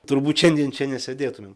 turbūt šiandien čia nesėdėtumėm